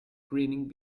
grinning